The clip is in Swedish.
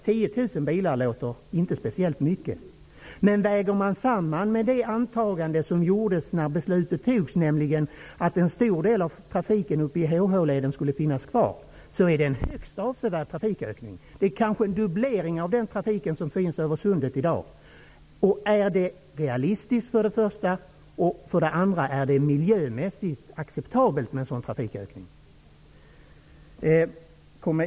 10 000 bilar låter inte speciellt mycket, men om man väger samman det antalet med det antagande som gjordes när beslutet fattades, nämligen att en stor del av trafiken uppe på HH-leden skulle finnas kvar, blir det en högst avsevärd trafikökning -- kanske en dubblering av den trafik som går över sundet i dag. Är det för det första realistiskt, för det andra miljömässigt acceptabelt med en sådan trafikökning?